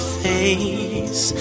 face